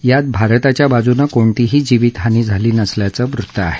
यात भारताच्या बाजूने कोणतीही जीवितहानी झाली नसल्याचं वृत्त आहे